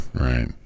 right